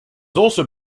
also